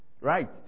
Right